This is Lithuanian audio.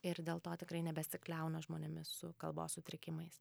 ir dėl to tikrai nebesikliauna žmonėmis su kalbos sutrikimais